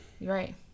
Right